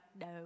no